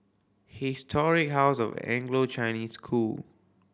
Historic House of Anglo Chinese School